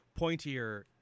pointier